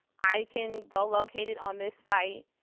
i can go locate it on this site,